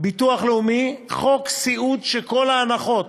ביטוח לאומי, חוק סיעוד, וכל ההנחות